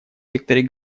секторе